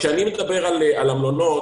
כשאני מדבר על המלונות